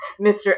Mr